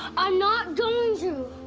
i'm not going to!